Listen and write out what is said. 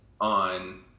on